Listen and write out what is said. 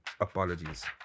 Apologies